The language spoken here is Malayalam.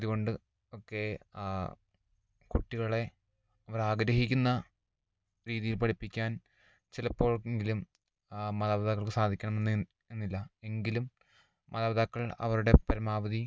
ഇതുകൊണ്ട് ഒക്കെ കുട്ടികളെ നമ്മളാഗ്രഹിക്കുന്ന രീതിയിൽ പഠിപ്പിക്കാൻ ചിലപ്പോൾ എങ്കിലും മാതാപിതാക്കൾക്ക് സാധിക്കണം എന്ന് എന്നില്ല എങ്കിലും മാതാപിതാക്കൾ അവരുടെ പരമാവധി